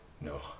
No